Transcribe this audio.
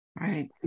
Right